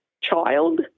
child